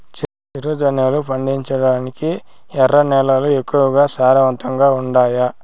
చిరుధాన్యాలు పండించటానికి ఎర్ర నేలలు ఎక్కువగా సారవంతంగా ఉండాయా